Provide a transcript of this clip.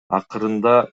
акырында